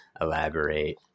elaborate